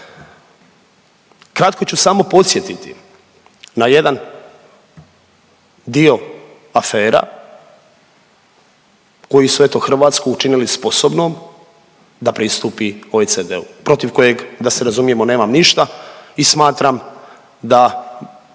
Kratko ću samo podsjetiti na jedan dio afera koji su eto Hrvatsku učinili sposobnom da pristupi OECD-u protiv kojeg da se razumijemo nemam ništa i smatram da